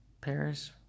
Paris